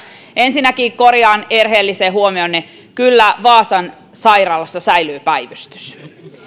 ensinnäkin korjaan erheellisen huomionne kyllä vaasan sairaalassa säilyy päivystys